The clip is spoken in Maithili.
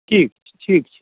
ठीक छै ठीक छै